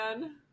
man